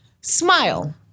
Smile